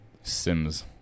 Sims